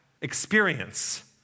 experience